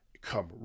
come